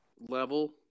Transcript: level